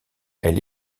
elle